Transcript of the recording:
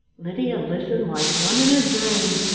lydia listened like one in a dream.